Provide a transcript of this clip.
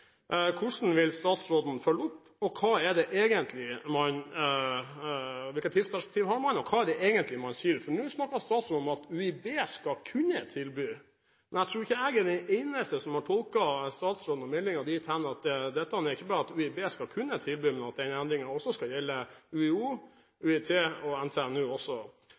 hvordan vil statsråden følge opp, og hvilket tidsperspektiv har man – hva er det egentlig man sier? For nå snakker statsråden om at UiB skal kunne tilby dette. Men jeg tror ikke jeg er den eneste som har tolket statsråden og meldingen dit hen at dette ikke er noe bare UiB skal kunne tilby, men at denne endringen også skal gjelde UiO, UiT og